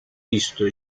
visto